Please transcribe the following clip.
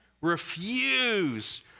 Refuse